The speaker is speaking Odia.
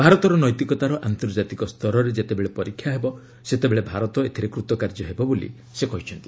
ଭାରତର ନୈତିକତାର ଆନ୍ତର୍ଜାତିକ ସ୍ତରରେ ଯେତେବେଳେ ପରୀକ୍ଷା ହେବ ସେତେବେଳେ ଭାରତ ଏଥିରେ କୃତକାର୍ଯ୍ୟ ହେବ ବୋଲି ସେ କହିଛନ୍ତି